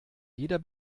jeder